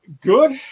Good